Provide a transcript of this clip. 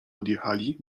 odjechali